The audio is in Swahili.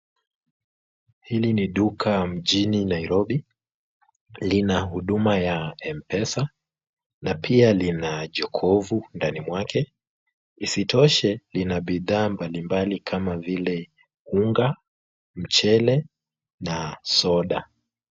Hili ni duka mjini Nairobi, lina huduma ya mpesa na pia lina jokofu ndani mwake. Isitoshe, lina bidhaa mbalimbali kama vile unga, mchele na soda.